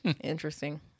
Interesting